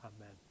amen